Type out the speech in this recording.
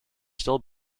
still